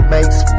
Makes